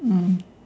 mm